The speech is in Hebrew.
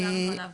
שדיברנו עליו